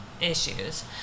issues